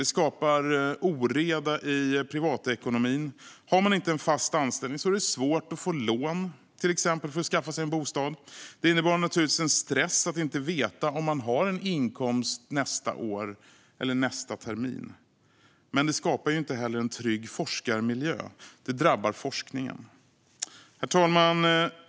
Det skapar oreda i privatekonomin. Om man inte har en fast anställning är det svårt att få lån, till exempel för att skaffa sig en bostad. Det innebär naturligtvis en stress att inte veta om man har en inkomst nästa år eller nästa termin. Men det skapar inte heller en trygg forskarmiljö. Det drabbar forskningen. Herr talman!